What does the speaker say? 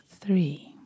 three